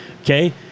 Okay